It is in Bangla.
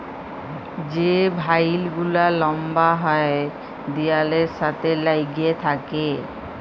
যে ভাইল গুলা লম্বা হ্যয় দিয়ালের সাথে ল্যাইগে থ্যাকে